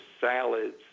salads